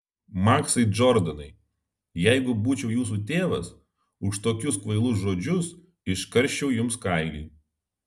maksai džordanai jeigu būčiau jūsų tėvas už tokius kvailus žodžius iškarščiau jums kailį